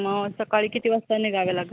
मग सकाळी किती वाजता निघावे लागेल